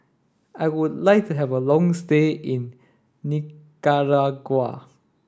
I would like to have a long stay in Nicaragua